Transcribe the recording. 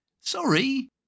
Sorry